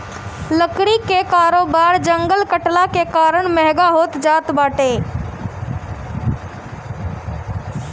लकड़ी कअ कारोबार जंगल कटला के कारण महँग होत जात बाटे